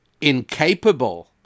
incapable